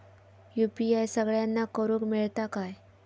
UPI सगळ्यांना करुक मेलता काय?